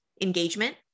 engagement